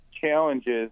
challenges